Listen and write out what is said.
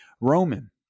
Roman